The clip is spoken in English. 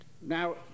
Now